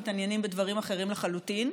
מתעניינים בדברים אחרים לחלוטין,